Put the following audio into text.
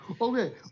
Okay